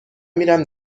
میرم